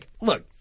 look